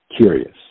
curious